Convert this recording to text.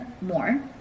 more